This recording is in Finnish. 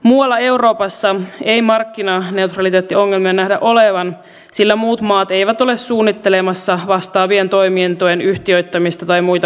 muualla euroopassa ei markkinaneutraliteettiongelmia nähdä olevan sillä muut maat eivät ole suunnittelemassa vastaavien toimintojen yhtiöittämistä tai muita muutoksia